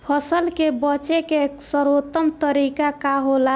फसल के बेचे के सर्वोत्तम तरीका का होला?